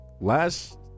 last